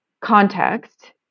context